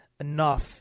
enough